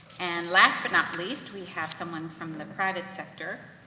and last but not least, we have someone from the private sector,